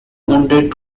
wounded